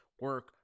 Work